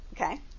okay